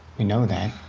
we know that.